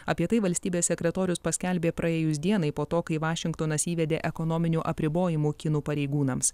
apie tai valstybės sekretorius paskelbė praėjus dienai po to kai vašingtonas įvedė ekonominių apribojimų kinų pareigūnams